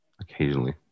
Occasionally